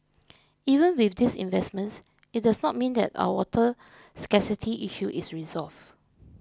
even with these investments it does not mean that our water scarcity issue is resolved